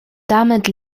damit